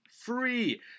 free